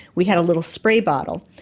we had a little spray bottle,